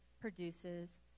produces